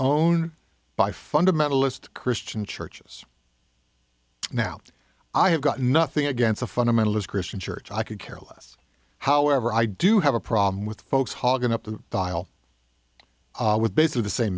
own by fundamentalist christian churches now i have got nothing against a fundamentalist christian church i could care less however i do have a problem with folks hogging up the dial with basically the same